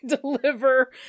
deliver